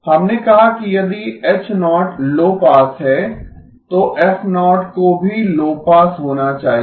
हमने कहा कि यदि H0 लो पास है तो F0 को भी लो पास होना चाहिए